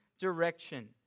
direction